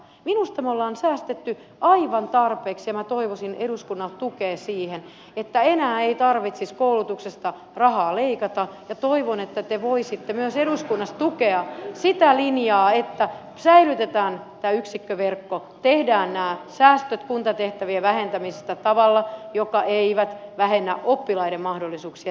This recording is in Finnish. minusta me olemme säästäneet aivan tarpeeksi ja minä toivoisin eduskunnalta tukea siihen että enää ei tarvitsisi koulutuksesta rahaa leikata ja toivon että te voisitte myös eduskunnassa tukea sitä linjaa että säilytetään tämä yksikköverkko tehdään nämä säästöt kuntatehtävien vähentämisestä tavalla joka ei vähennä oppilaiden mahdollisuuksia